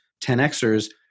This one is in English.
10xers